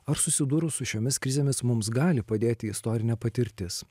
ar susidūrus su šiomis krizėmis mums gali padėti istorinė patirtis